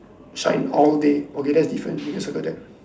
shine all day okay that's different we can circle that